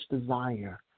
desire